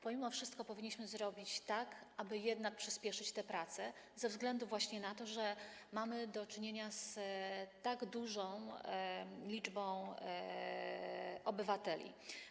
Pomimo wszystko powinniśmy zrobić tak, aby jednak przyspieszyć te prace ze względu właśnie na to, że mamy do czynienia z tak dużą liczbą obywateli.